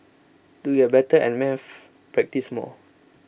to get better at maths practise more